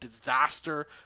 disaster